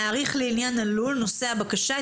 להאריך לעניין הלול נושא הבקשה,